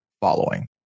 following